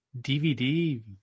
DVD